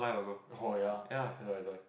hor ya that's why that's why